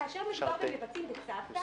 כאשר מדובר במבצעים בצוותא